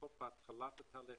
לפחות בהתחלת התהליך,